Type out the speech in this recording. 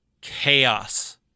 chaos